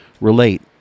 relate